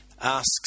asks